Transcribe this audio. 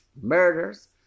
murders